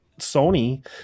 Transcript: Sony